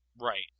Right